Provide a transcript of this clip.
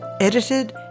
edited